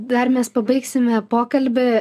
dar mes pabaigsime pokalbį